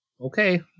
okay